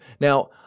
Now